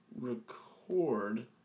record